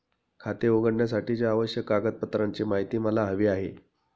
खाते उघडण्यासाठीच्या आवश्यक कागदपत्रांची माहिती मला हवी आहे